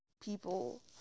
people